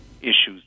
issues